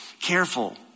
careful